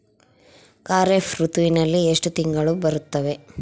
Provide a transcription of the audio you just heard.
ಖಾರೇಫ್ ಋತುವಿನಲ್ಲಿ ಎಷ್ಟು ತಿಂಗಳು ಬರುತ್ತವೆ?